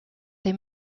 they